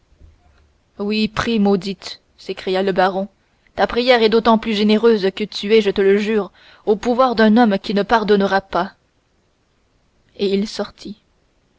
oui prie maudite s'écria le baron ta prière est d'autant plus généreuse que tu es je te le jure au pouvoir d'un homme qui ne pardonnera pas et il sortit